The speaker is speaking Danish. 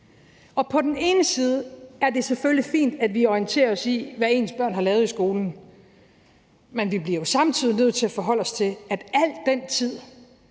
På den ene side er det selvfølgelig fint, at man orienterer sig i, hvad ens barn har lavet i skolen, men vi bliver samtidig nødt til at forholde os til, at al den tid,